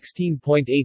16.8